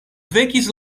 vekis